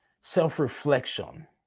Self-reflection